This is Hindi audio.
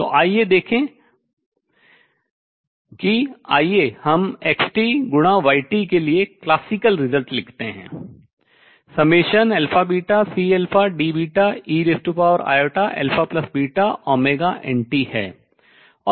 तो आइए देखें कि आइए हम xt×yt के लिए classical result शास्त्रीय परिणाम लिखते हैं αβCDeiαβωnt है